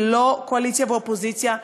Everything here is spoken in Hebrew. ללא קואליציה ואופוזיציה,